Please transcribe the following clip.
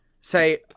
Say